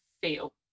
feel